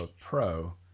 Pro